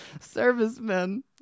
servicemen